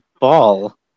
ball